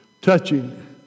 touching